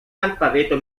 alfabeto